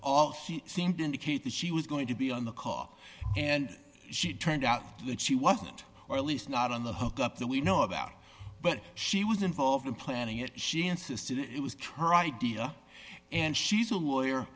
she seemed to indicate that she was going to be on the call and she turned out that she wasn't or at least not on the hook up that we know about but she was involved in planning it she insisted it was true or idea and she's a lawyer